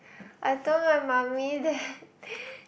I told my mummy that